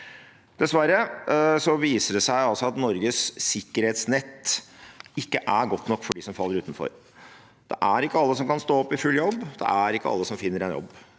Dessverre viser det seg altså at Norges sikkerhetsnett ikke er godt nok for dem som faller utenfor. Det er ikke alle som kan stå i full jobb, og det er ikke alle som finner en jobb.